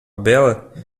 bela